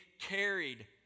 carried